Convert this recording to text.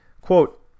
Quote